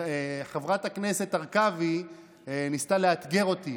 חברת הכנסת הרכבי ניסתה לאתגר אותי,